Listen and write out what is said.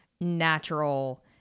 natural